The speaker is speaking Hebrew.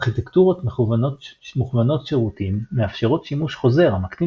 ארכיטקטורות מוכוונות שירותים מאפשרות שימוש חוזר המקטין